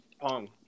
Pong